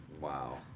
Wow